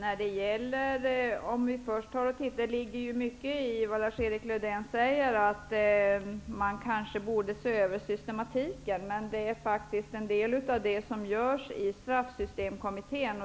Fru talman! Det ligger mycket i vad Lars-Erik Lövdén säger, dvs. att systematiken borde ses över. Det är en del av arbetet i straffsystemkommittén.